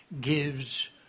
gives